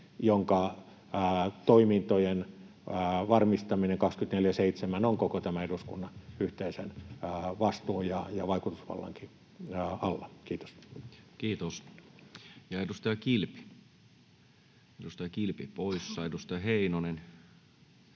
jonka toimintojen varmistaminen 24/7 on koko tämä eduskunnan yhteisen vastuun ja vaikutusvallankin alla. — Kiitos. [Speech 322] Speaker: Toinen